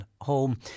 home